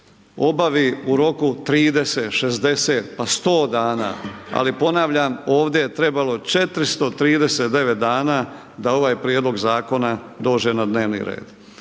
obavi u roku 30, 60, pa 100 dana. Ali, ponavljam ovdje je trebalo 439 dana da ovaj prijedlog zakona dođe na dnevni red.